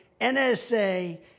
NSA